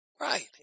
right